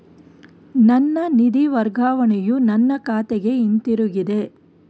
ನನ್ನ ನಿಧಿ ವರ್ಗಾವಣೆಯು ನನ್ನ ಖಾತೆಗೆ ಹಿಂತಿರುಗಿದೆ